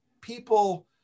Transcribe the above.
people